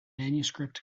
manuscript